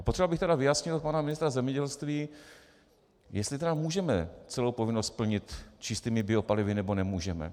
Potřeboval bych vyjasnit od pana ministra zemědělství, jestli tedy můžeme celou povinnost splnit čistými biopalivy, nebo nemůžeme.